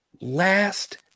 last